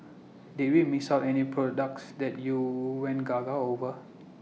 did we miss out any products that you went gaga over